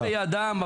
כי כוחם בידם,